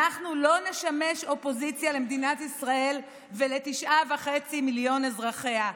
אנחנו לא נשמש אופוזיציה למדינת ישראל ול-9.5 מיליוני אזרחיה,